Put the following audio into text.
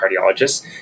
cardiologists